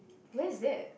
where is that